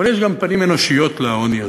אבל יש גם פנים אנושיות לעוני הזה.